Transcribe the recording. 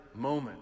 moment